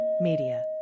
Media